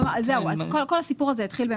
כל הסיפור הזה התחיל,